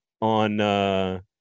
on